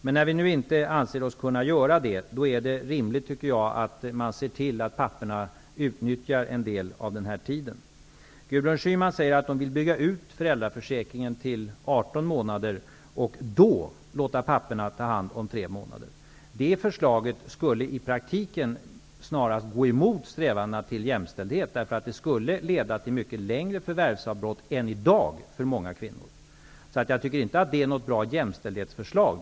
Men när vi nu inte anser oss kunna göra det, är det rimligt att se till att papporna utnyttjar en del av den här tiden. Gudrun Schyman säger att hon vill bygga ut föräldraförsäkringen till 18 månader och då låta papporna ta hand om tre månader. Det förslaget skulle i praktiken snarast gå emot strävandena efter jämställdhet, därför att det skulle leda till mycket längre förvärvsavbrott än i dag för många kvinnor. Det är alltså inte något bra jämställdhetsförslag.